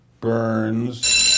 Burns